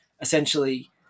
essentially